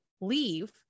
leave